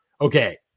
Okay